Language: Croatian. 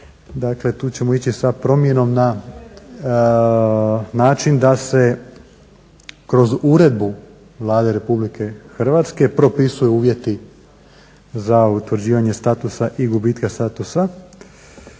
Dakle, tu ćemo ići sa promjenom na način da se kroz Uredbu Vlade RH propisuju uvjeti za utvrđivanje statusa i gubitka statusa.